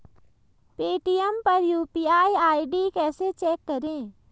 Paytm पर UPI ID कैसे check करें?